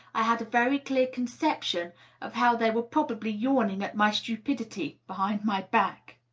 i had a very clear conception of how they were probably yawning at my stupidity behind my back.